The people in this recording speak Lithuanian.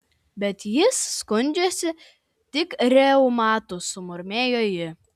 bet jis skundžiasi tik reumatu sumurmėjo ji